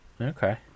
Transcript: Okay